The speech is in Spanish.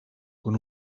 con